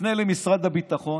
תפנה למשרד הביטחון,